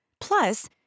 Plus